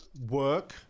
work